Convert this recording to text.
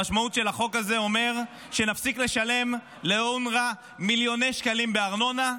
המשמעות של החוק הזה אומרת שנפסיק לשלם לאונר"א מיליוני שקלים בארנונה,